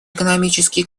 экономический